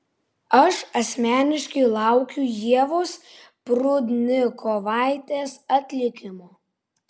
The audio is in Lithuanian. aš asmeniškai laukiu ievos prudnikovaitės atlikimo